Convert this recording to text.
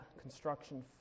construction